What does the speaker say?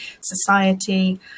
society